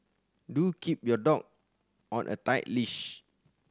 do keep your dog on a tight leash